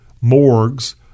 morgues